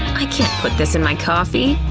i can't put this in my coffee!